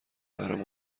برام